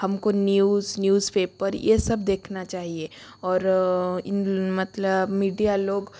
हमको news newspaper ये सब देखना चाहिए और इन मतलब मीडिया लोग